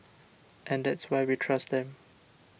and that's why we trust them